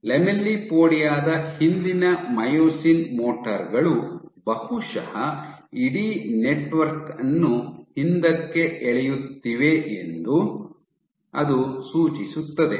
lamellipodia ದ ಹಿಂದಿನ myosin motor ಗಳು ಬಹುಶಃ ಇಡೀ ನೆಟ್ವರ್ಕ್ ಅನ್ನು ಹಿಂದಕ್ಕೆ ಎಳೆಯುತ್ತಿವೆ ಎಂದು ಅದು ಸೂಚಿಸುತ್ತದೆ